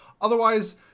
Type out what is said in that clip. Otherwise